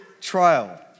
trial